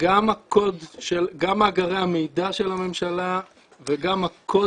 גם מאגרי המידע של הממשלה וגם הקוד